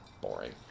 Boring